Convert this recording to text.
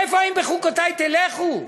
איפה "אם בחקתי תלכו"?